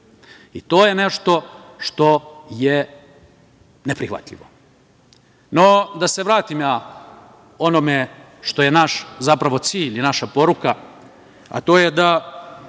I to je nešto što je neprihvatljivo.No, da se vratim onome što je zapravo naš cilj i naša poruka, a to je da